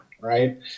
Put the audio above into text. Right